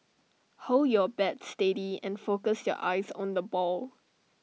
hold your bat steady and focus your eyes on the ball